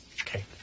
Okay